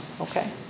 Okay